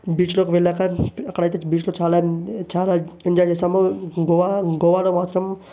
బీచ్లోకి వెళ్ళాక అక్కడైతే బీచ్లో చాలా చాలా ఎంజాయ్ చేసాము గోవా గోవాలో మాత్రం